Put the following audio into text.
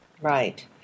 Right